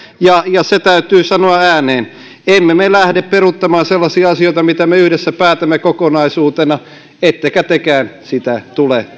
ja ja se täytyy sanoa ääneen emme me lähde peruuttamaan sellaisia asioita jotka me yhdessä päätämme kokonaisuutena ettekä tekään sitä tule